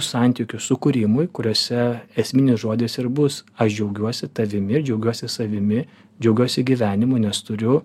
santykių sukūrimui kuriuose esminis žodis ir bus aš džiaugiuosi tavimi ir džiaugiuosi savimi džiaugiuosi gyvenimu nes turiu